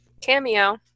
cameo